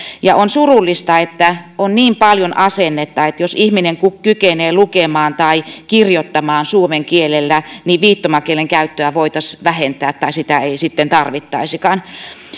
on surullista että on niin paljon asennetta että jos ihminen kykenee lukemaan tai kirjoittamaan suomen kielellä niin viittomakielen käyttöä voitaisiin vähentää tai sitä ei sitten tarvittaisikaan